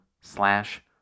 slash